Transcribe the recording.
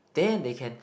then they can